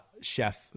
chef